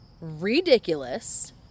ridiculous